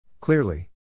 Clearly